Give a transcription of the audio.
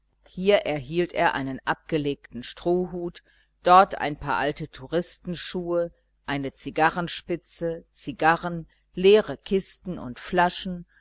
hier erhielt er einen abgelegten strohhut dort ein paar alte touristenschuhe eine zigarrenspitze zigarren leere kisten und flaschen